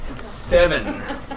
Seven